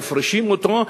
מפרישים אותו,